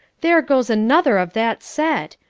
there goes another of that set!